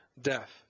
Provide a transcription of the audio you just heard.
death